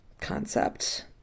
concept